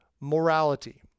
Morality